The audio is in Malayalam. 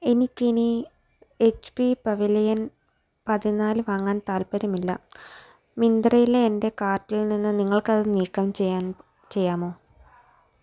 എനിക്ക് ഇനി എച്ച് പി പവലിയൻ പതിനാല് വാങ്ങാൻ താൽപ്പര്യമില്ല മിന്ത്രയിലെ എൻ്റെ കാർട്ടിൽ നിന്ന് നിങ്ങൾക്കത് നീക്കം ചെയ്യാമോ